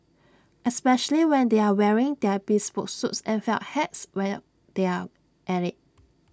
especially when they are wearing their bespoke suits and felt hats while they are at IT